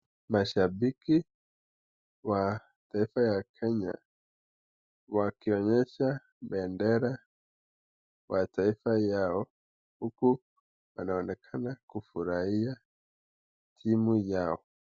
Mashabiki wa taifa ya kenya wakionyesha bendera ya taifa huku wanaonekana kufurahia timu yao.